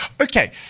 Okay